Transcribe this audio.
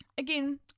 Again